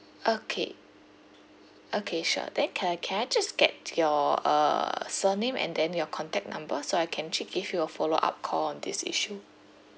okay okay sure then can I can I just get your uh surname and then your contact number so I can actually give you a follow up call on this issue